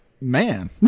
man